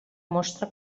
mostra